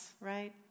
right